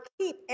keep